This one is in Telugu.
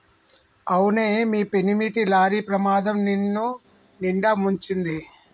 అవునే మీ పెనిమిటి లారీ ప్రమాదం నిన్నునిండా ముంచింది